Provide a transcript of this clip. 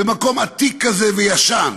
במקום עתיק כזה, וישן?